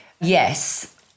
Yes